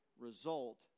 result